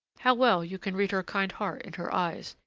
how well you can read her kind heart in her eyes,